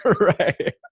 Right